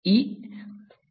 વિદ્યાર્થી E